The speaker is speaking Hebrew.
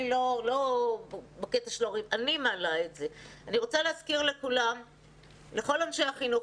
אני רוצה להזכיר לכל אנשי החינוך